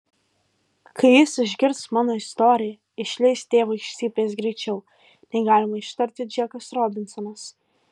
kai jis išgirs mano istoriją išleis tėvą iš cypės greičiau nei galima ištarti džekas robinsonas